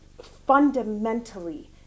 fundamentally